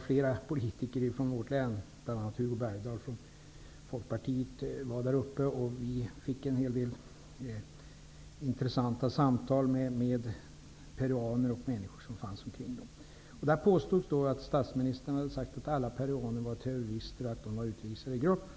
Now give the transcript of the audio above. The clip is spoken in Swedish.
Flera politiker från vårt län, bl.a. Hugo Bergdahl från Folkpartiet, var där. Vi förde flera intressanta samtal med peruanerna och människor omkring dem. Där påstods att statsministern hade sagt att alla peruaner var terrorister och att de är utvisade i grupp.